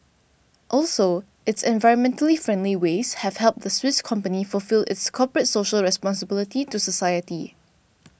also its environmentally friendly ways have helped the Swiss company fulfil its corporate social responsibility to society